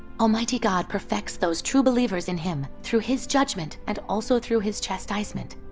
almighty god perfects those true believers in him through his judgment and also through his chastisement,